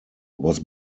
was